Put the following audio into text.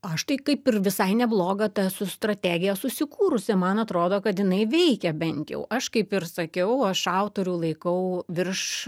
aš tai kaip ir visai neblogą ta su strategija susikūrusią man atrodo kad jinai veikia bent jau aš kaip ir sakiau aš autorių laikau virš